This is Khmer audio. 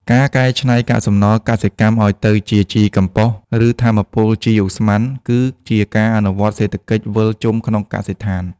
ការកែច្នៃកាកសំណល់កសិកម្មឱ្យទៅជាជីកំប៉ុស្ត ឬថាមពលជីវឧស្ម័ន គឺជាការអនុវត្តសេដ្ឋកិច្ចវិលជុំក្នុងកសិដ្ឋាន។